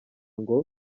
ngo